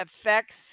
affects